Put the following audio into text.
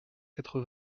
quatre